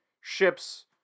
ships